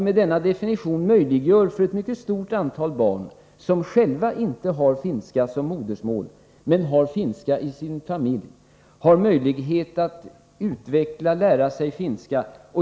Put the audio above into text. Med denna definition möjliggör vi för ett mycket stort antal barn, som själva inte har finska som modersmål, men har finskspråkiga personer i sin familj, att lära sig att utveckla kunskaperna i finska.